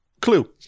Clue